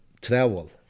travel